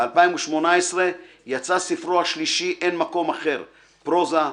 ב-2018 יצא ספרו השלישי "אין מקום אחר" פרוזה,